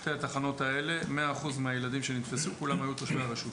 בשתי התחנות האלה 100% מהילדים שנתפסו כולם היו תושבי הרשות.